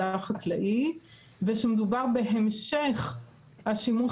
חקלאי ושמדובר בהמשך השימוש החקלאי.